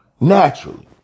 Naturally